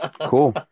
Cool